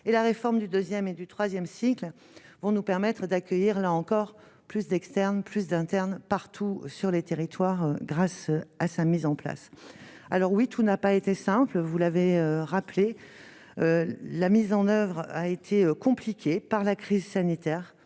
et la réforme du 2ème et du 3ème cycle vont nous permettre d'accueillir là encore plus d'externes plus d'internes partout sur les territoires grâce à sa mise en place, alors oui, tout n'a pas été simple, vous l'avez rappelé la mise en oeuvre a été compliquée par la crise sanitaire,